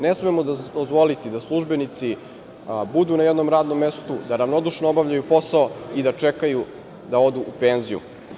Ne smemo dozvoliti da službenici budu na jednom radnom mestu, da ravnodušno obavljaju posao i da čekaju da odu u penziju.